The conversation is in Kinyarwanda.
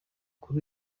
kuri